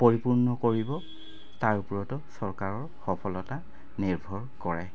পৰিপূৰ্ণ কৰিব তাৰ ওপৰতো চৰকাৰৰ সফলতা নিৰ্ভৰ কৰে